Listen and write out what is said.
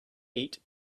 eight